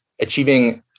achieving